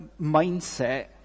mindset